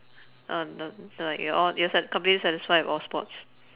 oh no no like you're all satis~ completely satisfied with all sports